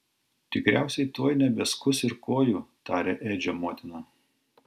tikriausiai tuoj nebeskus ir kojų tarė edžio motina